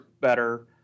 better